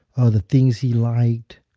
ah the things he liked,